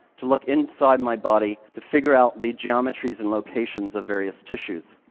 to look inside my body, to figure out the geometries and locations of various tissues.